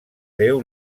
déu